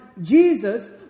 Jesus